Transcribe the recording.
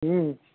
हुँ